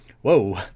Whoa